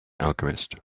alchemist